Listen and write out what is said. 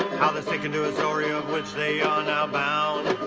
how they're taken to a story of which they are now bound